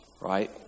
Right